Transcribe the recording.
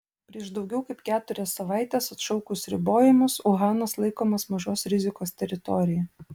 prieš daugiau kaip keturias savaites atšaukus ribojimus uhanas laikomas mažos rizikos teritorija